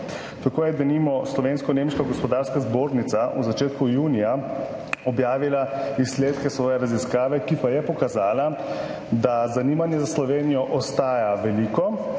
Tako je denimo Slovensko-nemška gospodarska zbornica v začetku junija objavila izsledke svoje raziskave, ki je pokazala, da zanimanje za Slovenijo ostaja veliko,